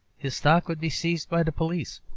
his stock would be seized by the police.